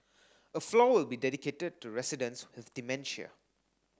a floor will be dedicated to residents with dementia